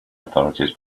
authorities